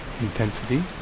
intensity